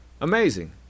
Amazing